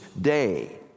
day